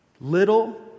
Little